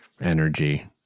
energy